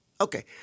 Okay